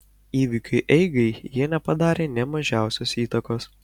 įvykių eigai jie nepadarė nė mažiausios įtakos